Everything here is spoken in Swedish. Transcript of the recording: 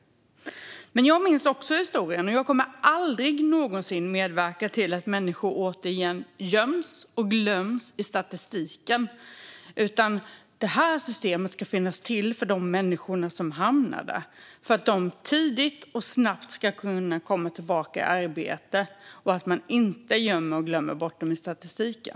Jag minns också historien, och jag kommer aldrig någonsin att medverka till att människor återigen göms och glöms i statistiken. Det här systemet ska finnas till för de människor som hamnar där, för att de tidigt och snabbt ska kunna komma tillbaka i arbete och inte gömmas och glömmas bort i statistiken.